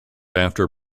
after